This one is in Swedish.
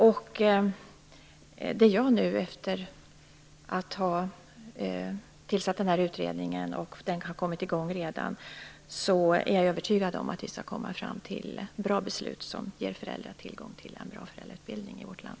Efter att nu ha tillsatt utredningen, som redan har kommit i gång, är jag övertygad om att vi skall komma fram till bra beslut som ger föräldrar tillgång till en bra föräldrautbildning i vårt land.